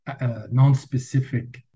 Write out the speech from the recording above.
non-specific